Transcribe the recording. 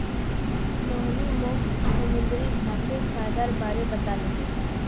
मोहिनी मोक समुंदरी घांसेर फयदार बारे बताले